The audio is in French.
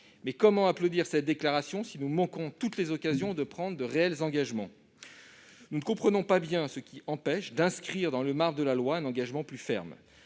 Comment applaudir une telle déclaration si nous manquons toutes les occasions de prendre de réels engagements ? Nous ne comprenons pas bien ce qui empêche d'inscrire dans le marbre de la loi un engagement plus ferme,